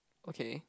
okay